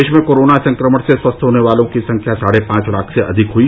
देश में कोरोना संक्रमण से स्वस्थ होने वाले लोगों की संख्या साढ़े पांच लाख से अधिक हुई